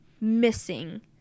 missing